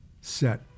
set